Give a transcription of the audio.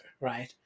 right